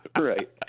Right